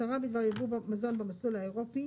הצהרה בדבר יבוא מזון במסלול האירופי